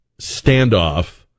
standoff